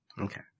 Okay